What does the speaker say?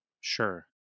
Sure